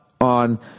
on